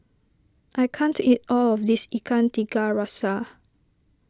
I can't eat all of this Ikan Tiga Rasa